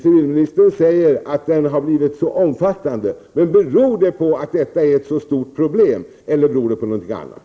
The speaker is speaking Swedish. Civilministern säger att den har blivit så omfattande. Beror det på att detta är ett så stort problem, eller beror det på något annat?